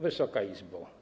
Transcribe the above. Wysoka Izbo!